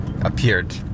appeared